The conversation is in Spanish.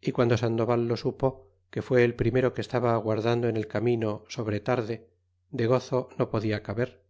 y guando sandoval lo supo que fue el primero que estaba aguardando en el camino sobre tarde de gozo no podia caber